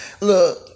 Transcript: Look